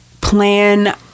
plan